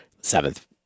Seventh